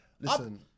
Listen